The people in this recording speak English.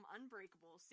Unbreakable